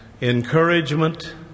encouragement